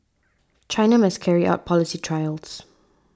China must carry out policy trials